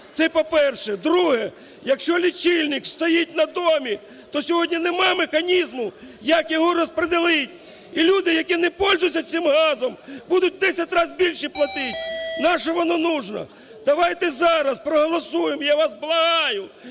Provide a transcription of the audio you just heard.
Це по-перше. Друге. Якщо лічильник стоїть на домі, то сьогодні нема механізму, як його розподілити. І люди, які непользуються цим газом, будуть в десять разів більше платити. Навіщо воно треба? Давайте зараз проголосуємо, я вас благаю,